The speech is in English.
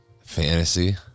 fantasy